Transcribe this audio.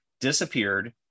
disappeared